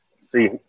see